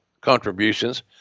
contributions